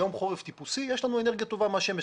ביום חורף טיפוסי יש לנו אנרגיה טובה מהשמש.